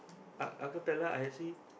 uh acapella I actually